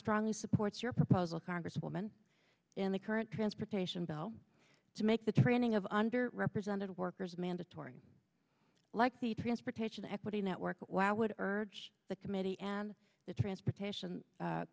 strongly supports your proposal congresswoman in the current transportation bill to make the training of under represented workers mandatory like the transportation equity network why would urge the committee and the transportation